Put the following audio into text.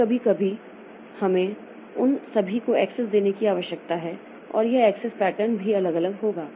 अब कभी कभी हमें उन सभी को एक्सेस देने की आवश्यकता है और यह एक्सेस पैटर्न भी अलग अलग होगा